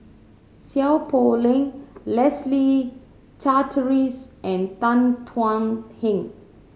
Seow Poh Leng Leslie Charteris and Tan Thuan Heng